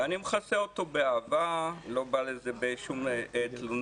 אני מכסה אותו באהבה, לא בא לזה בשום תלונה.